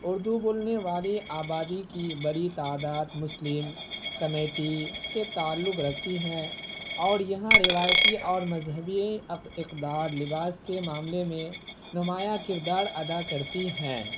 اردو بولنے والی آبادی کی بڑی تعداد مسلم کمیٹی سے تعلق رکھتی ہے اور یہاں روایتی اور مذہبی اقدار لباس کے معاملے میں نمایاں کردار ادا کرتی ہیں